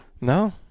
No